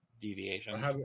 deviations